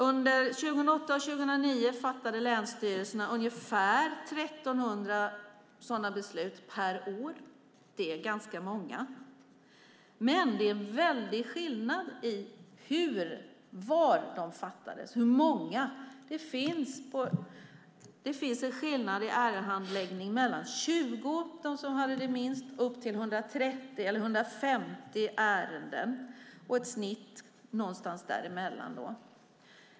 Under 2008 och 2009 fattade länsstyrelserna ungefär 1 300 sådana beslut per år. Det är ganska många. Men det är en väldig skillnad i antalet beroende på var de fattades. Det finns en skillnad i ärendehandläggningen, från 20 ärenden hos dem som hade minst antal och upp till 130 eller 150 ärenden med ett snitt någonstans däremellan.